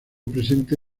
presente